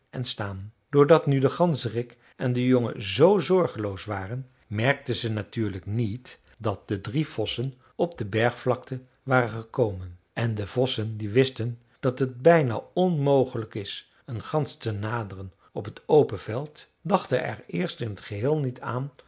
en staan doordat nu de ganzerik en de jongen zoo zorgeloos waren merkten ze natuurlijk niet dat de drie vossen op de bergvlakte waren gekomen en de vossen die wisten dat het bijna onmogelijk is een gans te naderen op het open veld dachten er eerst in het geheel niet aan